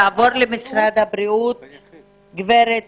נעבור לגברת